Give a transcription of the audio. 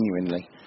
genuinely